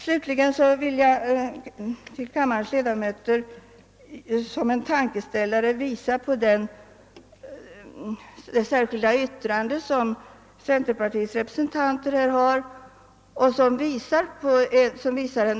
Slutligen vill jag som en tankeställare för kammarens ledamöter erinra om det särskilda yttrande som centerpartiets repesentanter har avgivit till utskottets utlåtande.